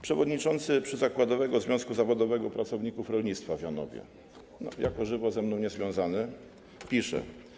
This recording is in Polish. Przewodniczący Przyzakładowego Związku Zawodowego Pracowników Rolnictwa w Janowie, jako żywo ze mną niezwiązany, pisze: